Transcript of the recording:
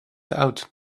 out